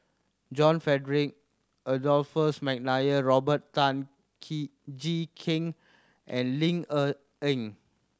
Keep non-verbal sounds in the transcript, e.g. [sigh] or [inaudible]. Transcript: John Frederick Adolphus McNair Robert Tan [unintelligible] Jee Keng and Ling Cher Eng